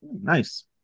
Nice